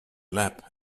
lab